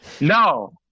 No